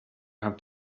have